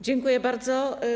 Dziękuję bardzo.